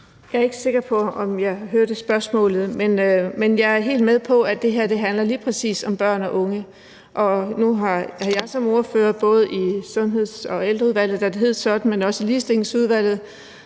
Jeg er ikke sikker på, om jeg hørte spørgsmålet, men jeg er helt med på, at det her lige præcis handler om børn og unge. Nu har jeg som ordfører både i Sundheds- og Ældreudvalget, da det hed sådan, men også i Ligestillingsudvalget